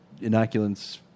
inoculants